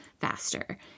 faster